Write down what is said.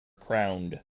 crowned